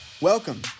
Welcome